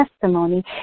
testimony